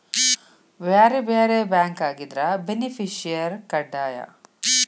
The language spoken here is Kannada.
ಬ್ಯಾರೆ ಬ್ಯಾರೆ ಬ್ಯಾಂಕ್ ಆಗಿದ್ರ ಬೆನಿಫಿಸಿಯರ ಕಡ್ಡಾಯ